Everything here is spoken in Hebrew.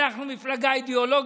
אנחנו מפלגה אידיאולוגית,